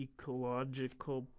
Ecological